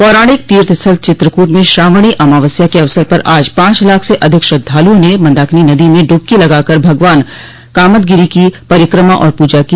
पौराणिक तीर्थस्थल चित्रकूट में श्रावणी अमावस्या के अवसर पर आज पांच लाख से अधिक श्रद्धालुओं ने मंदाकिनी नदी में ड्बकी लगाकर भगवान कामदगिरि की परिक्रमा और पूजा की